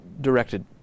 directed